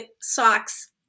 socks